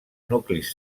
nuclis